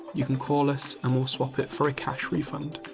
you can call us and we'll swap it for a cash refund.